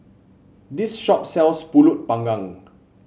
this shop sells pulut panggang